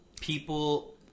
People